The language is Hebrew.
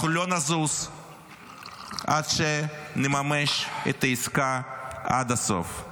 אנחנו לא נזוז עד שנממש את העסקה עד הסוף.